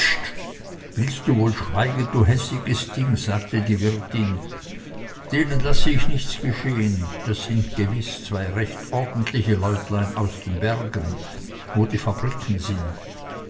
willst du wohl schweigen du hässiges ding sagte die wirtin denen lasse ich nichts geschehen das sind gewiß zwei recht ordentliche leutlein aus den bergen wo die fabriken sind